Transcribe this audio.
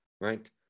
right